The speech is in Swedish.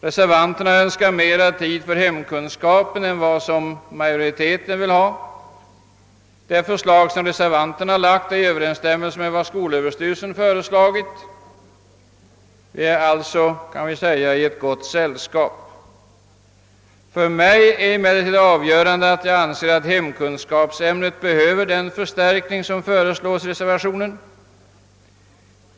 Reservanterna önskar mera tid för hemkunskapen än vad utskottsmajoriten uttalat sig för. Reservanternas förslag överensstämmer med skolöverstyrelsens och de kan därför sägas vara i gott sällskap. För mig har emellertid det avgörande varit att ämnet hemkunskap enligt min mening behöver den i reservationen föreslagna förstärkningen.